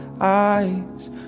eyes